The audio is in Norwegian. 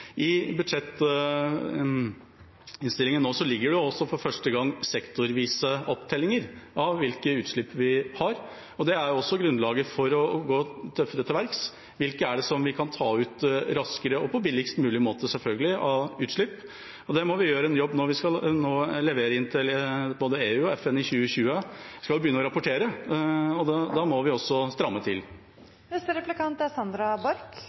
I budsjettinnstillinga nå ligger det for første gang sektorvise opptellinger av hvilke utslipp vi har. Det er også grunnlaget for å gå tøffere til verks: Hvilke utslipp er det vi kan ta ut raskere, og selvfølgelig på billigst mulig måte? Der må vi gjøre en jobb når vi nå skal levere til både EU og FN i 2020. Vi skal begynne å rapportere, og da må vi også stramme